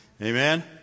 Amen